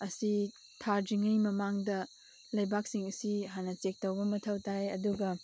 ꯑꯁꯤ ꯊꯥꯗ꯭ꯔꯤꯉꯩ ꯃꯃꯥꯡꯗ ꯂꯩꯕꯥꯛꯁꯤꯡ ꯑꯁꯤ ꯍꯥꯟꯅ ꯆꯦꯛ ꯇꯧꯕ ꯃꯊꯧ ꯇꯥꯏ ꯑꯗꯨꯒ